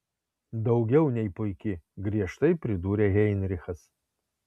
daugiau nei puiki griežtai pridūrė heinrichas